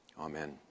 Amen